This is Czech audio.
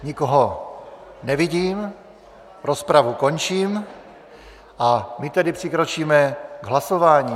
Nikoho nevidím, rozpravu končím a my tedy přikročíme k hlasování.